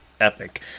epic